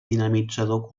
dinamitzador